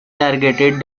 targeted